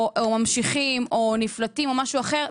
או ממשיכים או נפלטים או משהו אחר,